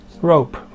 Rope